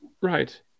right